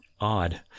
odd